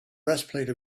breastplate